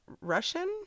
Russian